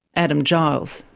adam giles.